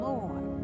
Lord